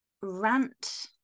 rant